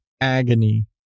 agony